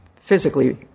Physically